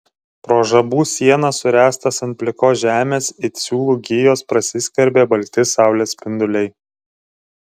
pro žabų sienas suręstas ant plikos žemės it siūlų gijos prasiskverbė balti saulės spinduliai